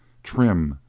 trim,